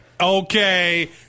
Okay